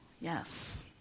Yes